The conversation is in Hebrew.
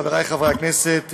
חברי חברי הכנסת,